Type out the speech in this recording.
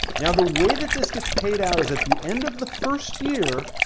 now the way that this gets paid out is at the end of the first year,